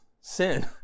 Sin